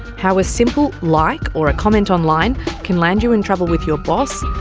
how a simple like or a comment online can land you in trouble with your boss,